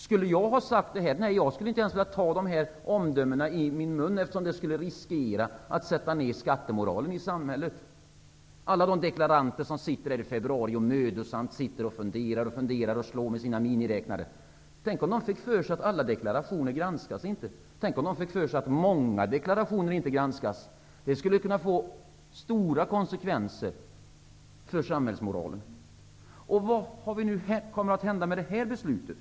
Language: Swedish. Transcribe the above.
Skulle jag ha kunnat säga på detta sätt? Nej, jag skulle inte ens vilja ta de här omdömena i min mun, eftersom de riskerar att sätta ned skattemoralen i samhället. Tänk på alla deklaranter som i februari mödosamt funderar och räknar med sina miniräknare. Tänk om de fick för sig att alla deklarationer inte granskas. Tänk om de fick för sig att många deklarationer inte granskas. Det skulle kunna få stora konsekvenser för samhällsmoralen. Vad kommer att hända med det här beslutet?